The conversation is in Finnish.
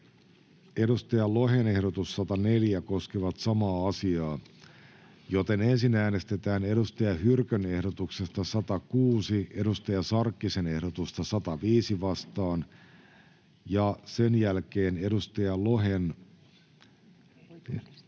Markus Lohen ehdotus 104 koskevat samaa asiaa, joten ensin äänestetään Saara Hyrkön ehdotuksesta 106 Hanna Sarkkisen ehdotusta 105 vastaan ja sen jälkeen voittaneesta